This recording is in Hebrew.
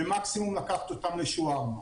ומקסימום רק לקחת אותם לשווארמה.